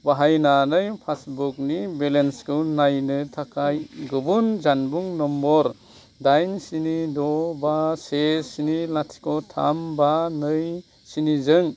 पासबुकनि बेलेन्सखौ नायनो थाखाय गुबुन जानबुं नम्बर दाइन स्नि द' बा से स्नि लाथिख' थाम बा नै स्नि जों